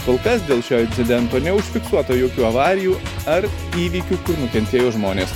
kol kas dėl šio incidento neužfiksuota jokių avarijų ar įvykių kur nukentėjo žmonės